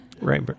right